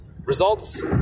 Results